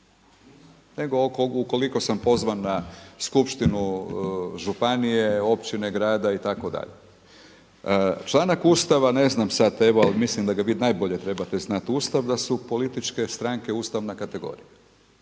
nego ukoliko sam pozvan na skupštinu županije, općine, grada itd.. Članak Ustava, ne znam sada evo, ali misli da ga vi najbolje trebate znati, Ustav, da su političke stranke ustavna kategorija.